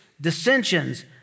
dissensions